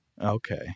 Okay